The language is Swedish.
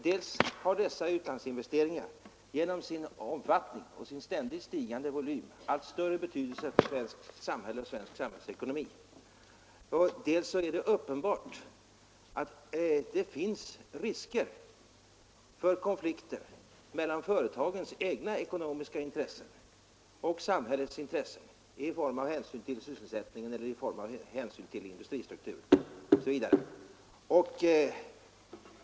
Dels har dessa utlandsinvesteringar genom sin omfattning och sin ständigt stigande volym fått allt större betydelse för det svenska samhället och för den svenska samhällsekonomin, dels är det uppenbart att det finns risker för konflikter mellan företagens egna ekonomiska intressen och samhällets intressen beträffande bl.a. hänsynen till sysselsättningen eller i fråga om industristrukturen.